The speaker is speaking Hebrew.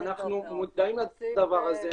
אנחנו מודעים לדבר הזה,